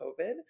COVID